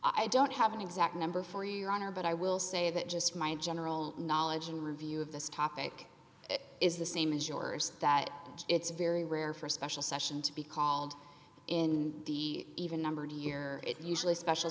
i don't have an exact number for your honor but i will say that just my general knowledge and review of this topic is the same as yours that it's very rare for a special session to be called in the even numbered year it usually special